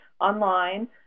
online